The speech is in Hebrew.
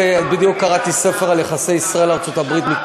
בדיוק קראתי ספר על יחסי ישראל, ארצות-הברית השר בנט,